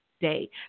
day